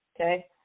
Okay